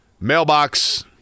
mailbox